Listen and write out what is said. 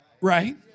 Right